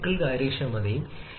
8 മുതൽ 0